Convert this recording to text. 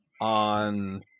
on